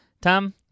Tom